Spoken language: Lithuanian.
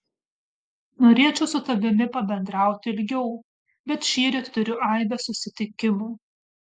norėčiau su tavimi pabendrauti ilgiau bet šįryt turiu aibę susitikimų